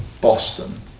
Boston